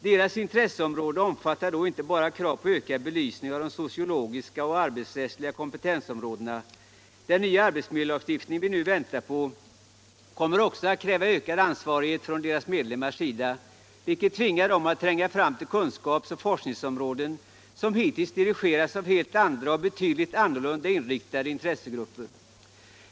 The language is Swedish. Deras intresseområde omfattar då inte bara krav på ökad belysning av de sociologiska och arbetsrättsliga kompetensområdena, utan den nya arbetsmiljölagstifning som vi nu väntar på kommer också att kräva ökad ansvarighet från deras medlemmars sida, vilket tvingar dem att tränga fram till kunskapsoch forskningsområden som hittills dirigerats av helt andra och betydligt annorlunda inriktade intressegrupper.